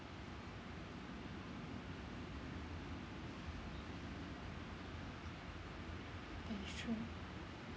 that is true